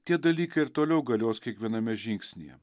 tie dalykai ir toliau galios kiekviename žingsnyje